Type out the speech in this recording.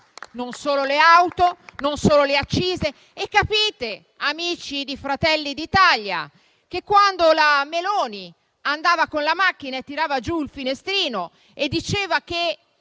Non solo le auto, non solo le accise. Capite, amici di Fratelli d'Italia, che prima la Meloni, andando in macchina, tirava giù il finestrino e diceva che